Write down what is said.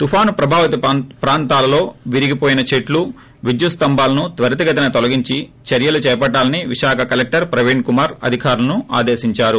తుఫాను ప్రభావిత ప్రాంతాల్లో విరిగిపోయిన చెట్టు విద్యుత్ స్తంభాలను వ్యరితగతిన తొలగించే చర్యలు చేపట్టాలని విశాఖ కలెక్షర్ ప్రవీణ్ కుమార్ అధికారులను ఆదేశించారు